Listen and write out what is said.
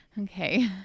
Okay